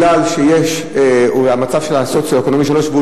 כי המצב הסוציו-אקונומי של העיר הוא 3,